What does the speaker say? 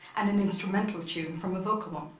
and an instrumental tune from a vocal one?